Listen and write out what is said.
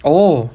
oh